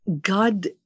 God